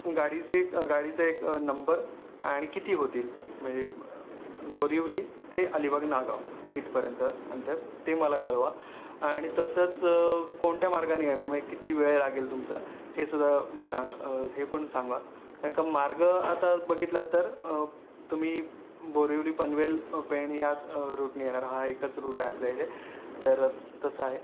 गाडीसहित गाडीचा एक नम्बर आणि किती होतील म्हणजे बोरिवली ते अलिबाग नागांव इथपर्यंत अंतर ते मला कळवा आणि तसंच कोणत्या मार्गानी येणार मए किती वेळ लागेल तुमचा हेसुद्धा मी सांगा हे पण सांगा कारण का मार्ग आता बघितलात तर तुम्ही बोरिवली पनवेल पेण ह्याच रुटनी येणार हा एकच रूट आहे आपल्या इथे तर तसं आहे